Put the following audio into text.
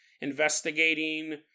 investigating